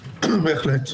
בהחלט.